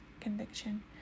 conviction